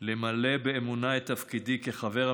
שר הרווחה.